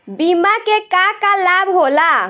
बिमा के का का लाभ होला?